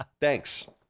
Thanks